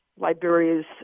Liberia's